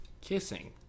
Kissing